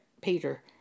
Peter